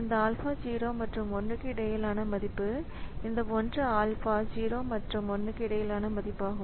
இந்த ஆல்பா 0 மற்றும் 1 க்கு இடையிலான மதிப்பு இந்த 1 ஆல்பாவும் 0 மற்றும் 1 க்கு இடையிலான மதிப்பாகும்